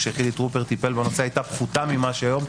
כשחילי טרופר טיפל בנושא הייתה פחותה מהיום,